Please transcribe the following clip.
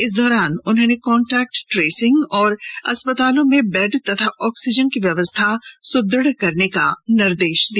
इस दौरान उन्होंने कॉन्टेक्ट ट्रेसिंग और अस्पतालों में बेड और ऑक्सीजन की व्यवस्था सुदृढ़ करने का निर्देश दिया